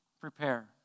prepare